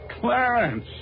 Clarence